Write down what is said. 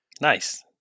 Nice